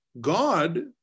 God